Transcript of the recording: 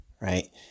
right